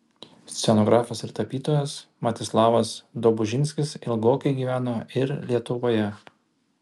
scenografas ir tapytojas mstislavas dobužinskis ilgokai gyveno ir lietuvoje